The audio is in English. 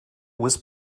was